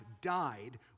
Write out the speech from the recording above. died